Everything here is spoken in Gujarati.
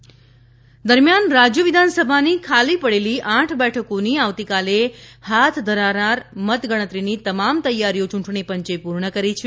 પેટા ચૂંટણી મતગણતરી રાજ્ય વિધાનસભાની ખાલી પડેલી આઠ બેઠકોની આવતીકાલે હાથ ધરાનાર મત ગણતરીની તમામ તૈયારીઓ ચૂંટણીપંચે પૂર્ણ કરી છે